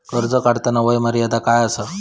कर्ज काढताना वय मर्यादा काय आसा?